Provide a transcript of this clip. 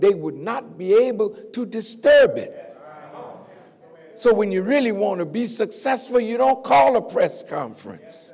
they would not be able to disturb it so when you really want to be successful you don't call a press conference